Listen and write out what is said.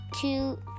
two